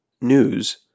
News